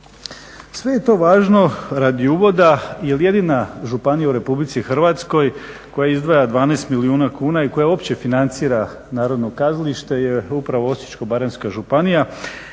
Sve je to važno radi uvoda, jer jedina županija u RH koja izdvaja 12 milijuna kuna i koja uopće financira narodno kazalište je upravo Osječko-baranjska županija